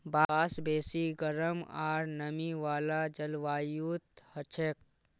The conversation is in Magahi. बांस बेसी गरम आर नमी वाला जलवायुत हछेक